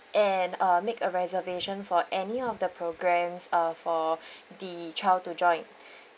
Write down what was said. and uh make a reservation for any of the programs uh for the child to join